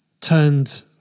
turned